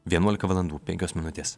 vienuolika valandų penkios minutės